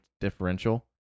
differential